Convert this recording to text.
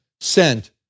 sent